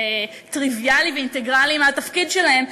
טריוויאלי ואינטגרלי של התפקיד שלהם,